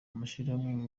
amashirahamwe